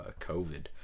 COVID